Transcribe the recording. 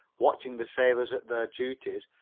watching the sailors at their duties,